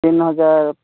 ତିନି ହଜାର